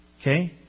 Okay